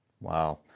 wow